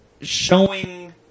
showing